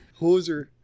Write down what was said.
Hoser